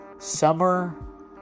summer